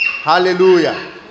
Hallelujah